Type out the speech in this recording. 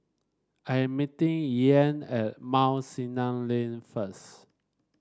I am meeting Ian at Mount Sinai Lane first